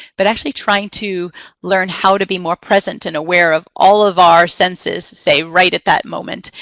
but actually trying to learn how to be more present and aware of all of our senses, say, right at that moment.